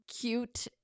cute